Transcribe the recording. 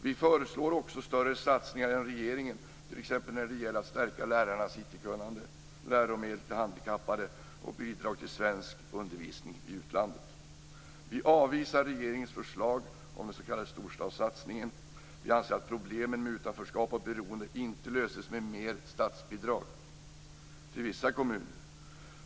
Vi föreslår också större satsningar än regeringen t.ex. när det gäller att stärka lärarnas IT-kunnande, läromedel för handikappade och bidrag till svensk undervisning i utlandet. Vi avvisar regeringens förslag om den s.k. storstadssatsningen. Vi anser att problemen med utanförskap och beroende inte löses med mer statsbidrag till vissa kommuner.